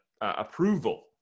approval